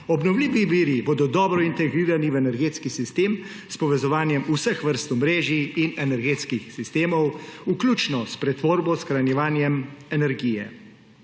Obnovljivi viri bodo dobro integrirani v energetski sistem s povezovanjem vseh vrst omrežij in energetskih sistemov, vključno s pretvorbo shranjevanjem energije.